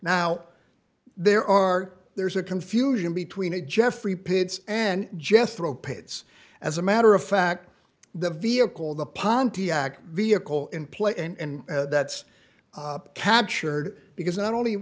now there are there's a confusion between a jeffrey pitts and jethro pitts as a matter of fact the vehicle the pontiac vehicle in play and that's captured because not only